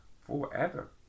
forever